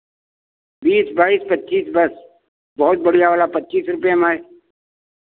बीस बाईस पच्चीस बस बहुत बढ़ियाँ वाला पच्चीस में है